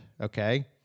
okay